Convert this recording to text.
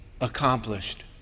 accomplished